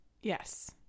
Yes